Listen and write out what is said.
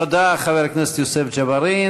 תודה, חבר הכנסת יוסף ג'בארין.